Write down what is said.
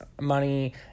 money